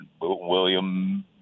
william